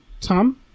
Tom